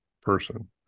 person